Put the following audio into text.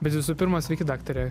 bet visų pirma sveiki daktare